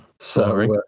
Sorry